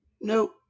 Nope